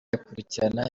ikurikirana